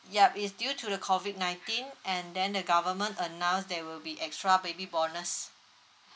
yup is due to the COVID nineteen and then the government announced there will be extra baby bonus